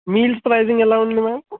meals pricing ఎలా ఉంది ma'am